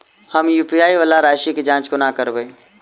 हम यु.पी.आई वला राशि केँ जाँच कोना करबै?